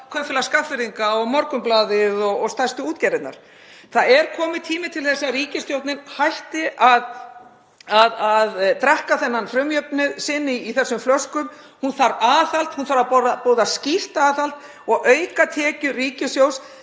Kaupfélag Skagfirðinga og Morgunblaðið og stærstu útgerðirnar. Það er kominn tími til að ríkisstjórnin hætti að drekka þennan frumjöfnuð sinn af þessum flöskum. Hún þarf aðhald. Hún þarf að boða skýrt aðhald og auka tekjur ríkissjóðs.